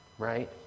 Right